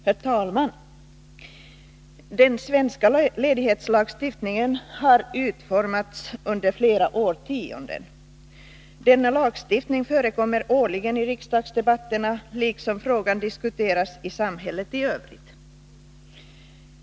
Herr talman! Den svenska ledighetslagstiftningen har utformats under flera årtionden. Denna lagstiftning tas årligen upp i riksdagsdebatterna — liksom frågan diskuteras i samhället i övrigt.